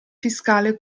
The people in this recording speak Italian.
fiscale